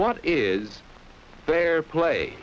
what is fair play